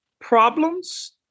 problems